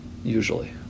Usually